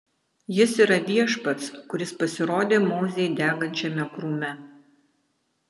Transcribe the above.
jis yra viešpats kuris pasirodė mozei degančiame krūme